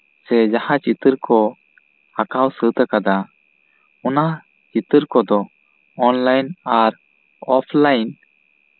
ᱥᱮ ᱡᱟᱦᱟᱸ ᱪᱤᱛᱟᱹᱨ ᱠᱚ ᱟᱸᱠᱟᱣ ᱥᱟᱹᱛ ᱠᱟᱫᱟ ᱚᱱᱟ ᱪᱤᱛᱟᱹᱨ ᱠᱚᱫᱚ ᱚᱱᱞᱟᱭᱤᱱ ᱟᱨ ᱚᱯᱷᱞᱟᱭᱤᱱ